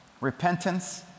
Repentance